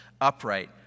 upright